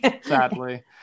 Sadly